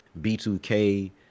B2K